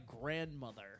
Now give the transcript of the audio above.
grandmother